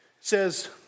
says